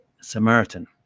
Samaritan